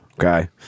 Okay